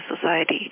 society